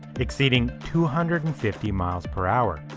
exceeding two hundred and fifty miles per hour.